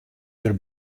der